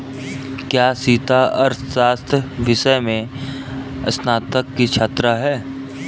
क्या सीता अर्थशास्त्र विषय में स्नातक की छात्रा है?